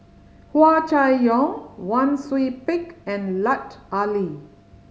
Hua Chai Yong Wang Sui Pick and Lut Ali